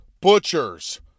butchers